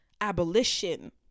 abolition